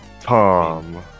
Tom